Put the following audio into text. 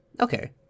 Okay